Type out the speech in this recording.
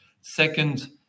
second